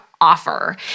offer